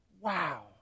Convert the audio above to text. Wow